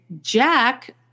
Jack